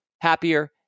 happier